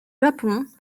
japon